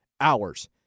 hours